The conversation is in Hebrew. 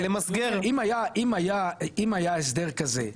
אם היה הסדר כזה,